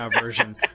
version